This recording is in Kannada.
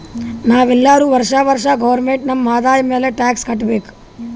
ನಾವ್ ಎಲ್ಲೋರು ವರ್ಷಾ ವರ್ಷಾ ಗೌರ್ಮೆಂಟ್ಗ ನಮ್ ಆದಾಯ ಮ್ಯಾಲ ಟ್ಯಾಕ್ಸ್ ಕಟ್ಟಬೇಕ್